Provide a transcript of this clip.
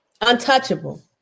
untouchable